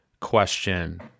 question